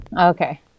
Okay